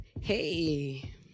Hey